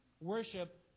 worship